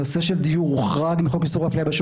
הנושא של דיור הוחרג מחוק איסור הפליה במוצרים,